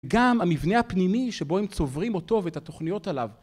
גם המבנה הפנימי שבו הם צוברים אותו ואת התוכניות עליו.